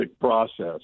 process